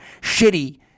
shitty